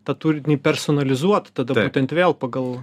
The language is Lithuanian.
tą turinį personalizuot tada būtent vėl pagal